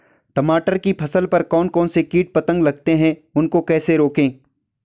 टमाटर की फसल पर कौन कौन से कीट पतंग लगते हैं उनको कैसे रोकें?